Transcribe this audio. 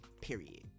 period